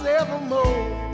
evermore